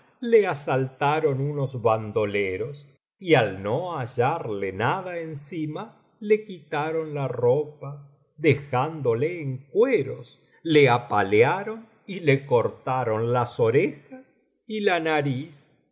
le asaltaron unos bandoleros y al no hallarle nada encima le quitaron la ropa dejándole en cueros le apalearon y le cortaron las orejas y la nariz y